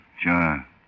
Sure